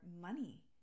money